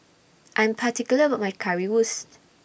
I'm particular about My Currywurst